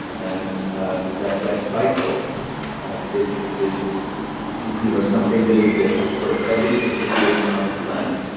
and ah that that cycle is is you know something that exists for everything that's living on this planet.